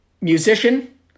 Musician